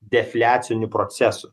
defliacinių procesų